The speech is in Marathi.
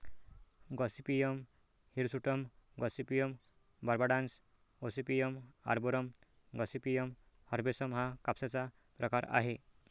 गॉसिपियम हिरसुटम, गॉसिपियम बार्बाडान्स, ओसेपियम आर्बोरम, गॉसिपियम हर्बेसम हा कापसाचा प्रकार आहे